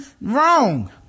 Wrong